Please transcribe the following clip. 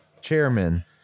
chairman